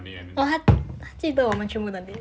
but 他记得我们全部人的 date